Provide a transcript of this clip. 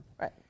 Right